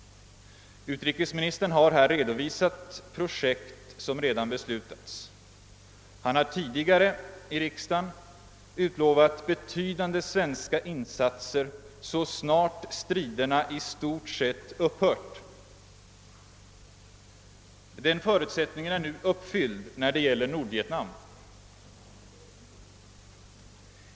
Utrikesministern har redovisat de projekt som redan beslutats. Han har tidigare i riksdagen utlovat betydande svenska insatser så snart striderna i stort sett upphört. Denna förutsättning är nu uppfylld när det gäller Nordvietnam.